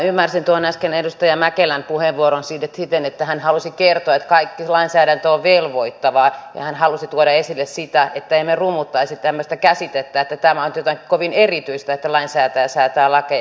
ymmärsin tuon äskeisen edustaja mäkelän puheenvuoron siten että hän halusi kertoa että kaikki lainsäädäntö on velvoittavaa ja hän halusi tuoda esille sitä että emme rummuttaisi tämmöistä käsitettä että tämä on nyt jotain kovin erityistä että lainsäätäjä säätää lakeja